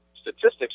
statistics